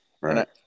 right